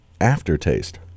aftertaste